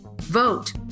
vote